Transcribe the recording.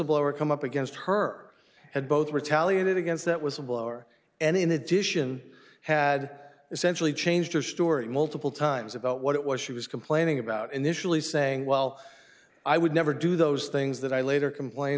blower come up against her had both retaliated against that was a blower and in addition had essentially changed her story multiple times about what it was she was complaining about initially saying well i would never do those things that i later complain